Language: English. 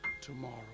tomorrow